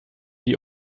die